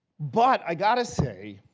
but i gotta say,